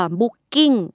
booking